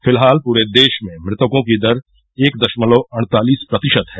फिलहाल पूरे देश में मृतकों की दर एक दशमलव अड़तालिस प्रतिशत है